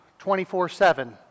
24-7